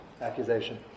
Accusation